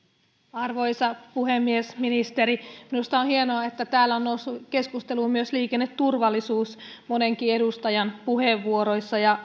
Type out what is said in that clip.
arvoisa puhemies ministeri minusta on hienoa että täällä on noussut keskusteluun myös liikenneturvallisuus monenkin edustajan puheenvuoroissa ja